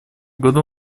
году